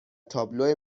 تابلو